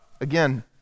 again